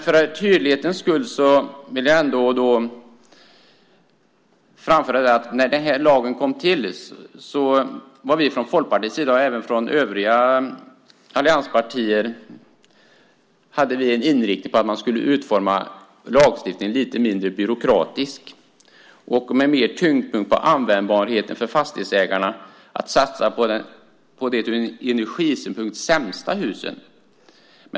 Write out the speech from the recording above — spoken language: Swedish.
För tydlighetens skull vill jag ändå framföra att när lagen kom till hade Folkpartiet och även övriga allianspartier inriktningen att lagstiftningen skulle vara lite mindre byråkratisk och med mer tyngdpunkt på möjligheten för fastighetsägarna att satsa på de ur energisynpunkt sämsta husen.